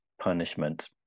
punishment